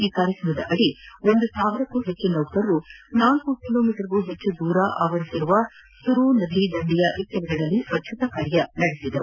ಈ ಕಾರ್ಯಕ್ರಮದದಿ ಒಂದು ಸಾವಿರಕ್ಕೂ ಹೆಚ್ಚು ನೌಕರರು ನಾಲ್ಕು ಕಿಲೋಮೀಟರ್ಗೂ ಹೆಚ್ಚು ದೂರ ಆವರಿಸಿರುವ ಸರು ನದಿ ದಂಡೆಯ ಇಕ್ಕೆಲಗಳಲ್ಲಿ ಸ್ವಚ್ಣತಾ ಕಾರ್ಯಕ್ರಮ ನಡೆಸಿದರು